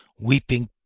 weeping